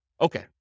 Okay